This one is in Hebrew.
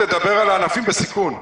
תדבר על הענפים בסיכון.